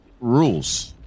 rules